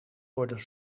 worden